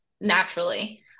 naturally